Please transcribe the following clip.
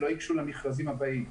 לא ייגשו למכרזים הבאים.